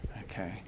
Okay